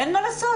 אין מה לעשות,